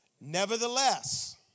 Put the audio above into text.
Nevertheless